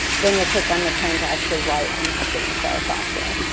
then you'll click on the pen to actually write on the activeinspire software.